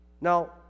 Now